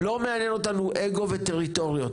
לא מענין אותנו אגו וטריטוריות,